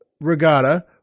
regatta